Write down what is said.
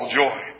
joy